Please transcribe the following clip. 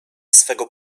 swego